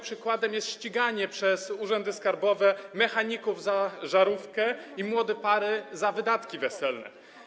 Przykładem jest ściganie przez urzędy skarbowe mechaników za żarówkę i młodych par za wydatki weselne.